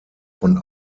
von